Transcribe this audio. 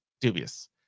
dubious